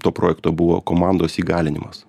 to projekto buvo komandos įgalinimas